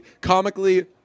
Comically